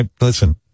Listen